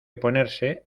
ponerse